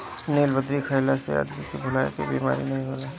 नीलबदरी खइला से आदमी के भुलाए के बेमारी नाइ होला